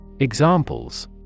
Examples